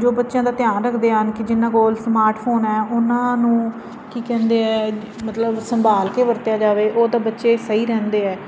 ਜੋ ਬੱਚਿਆਂ ਦਾ ਧਿਆਨ ਰੱਖਦੇ ਹਨ ਕਿ ਜਿਨਾਂ ਕੋਲ ਸਮਾਰਟ ਫੋਨ ਆ ਉਹਨਾਂ ਨੂੰ ਕੀ ਕਹਿੰਦੇ ਆ ਮਤਲਬ ਸੰਭਾਲ ਕੇ ਵਰਤਿਆ ਜਾਵੇ ਉਹ ਤਾਂ ਬੱਚੇ ਸਹੀ ਰਹਿੰਦੇ ਆ